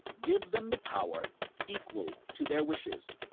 give them the power equal to their wishes.